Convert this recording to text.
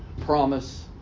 promise